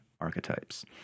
archetypes